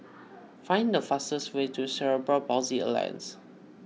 find the fastest way to Cerebral Palsy Alliance